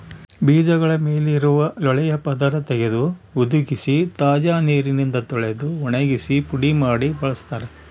ಬೀಜಗಳ ಮೇಲಿರುವ ಲೋಳೆಯ ಪದರ ತೆಗೆದು ಹುದುಗಿಸಿ ತಾಜಾ ನೀರಿನಿಂದ ತೊಳೆದು ಒಣಗಿಸಿ ಪುಡಿ ಮಾಡಿ ಬಳಸ್ತಾರ